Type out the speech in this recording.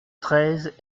treize